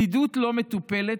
בדידות לא מטופלת,